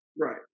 Right